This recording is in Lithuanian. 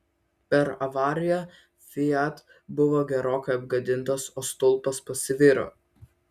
per avariją fiat buvo gerokai apgadintas o stulpas pasviro